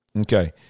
okay